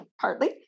partly